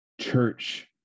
church